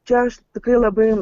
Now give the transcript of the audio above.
čia aš tikrai labai